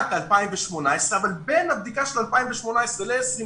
2018 אבל בין הבדיקה של 2018 ל-2020